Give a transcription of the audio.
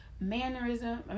Mannerism